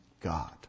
God